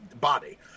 body